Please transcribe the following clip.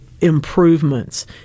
improvements